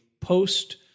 post-